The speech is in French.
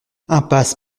impasse